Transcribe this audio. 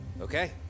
Okay